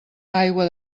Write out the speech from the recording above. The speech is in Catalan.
aigua